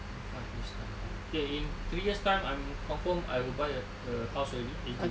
in five years' time eh okay in three years' time I'm confirm will buy a house already H_D_B